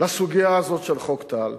לסוגיה הזאת של חוק טל,